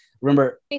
remember